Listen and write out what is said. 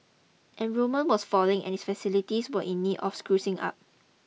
enrolment was falling and its facilities were in need of sprucing up